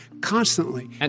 constantly